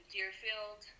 Deerfield